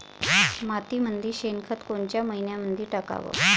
मातीमंदी शेणखत कोनच्या मइन्यामंधी टाकाव?